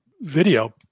video